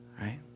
right